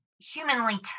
humanly